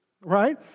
right